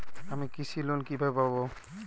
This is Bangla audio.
আমি কৃষি লোন কিভাবে পাবো?